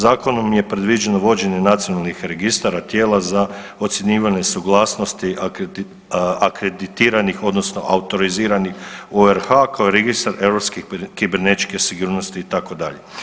Zakonom je predvođeno vođenje nacionalnih registara tijela za ocjenjivanje suglasnosti akreditiranih odnosno autoriziranih u RH kao registar europske kibernetičke sigurnosti itd.